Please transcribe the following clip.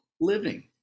living